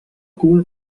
cua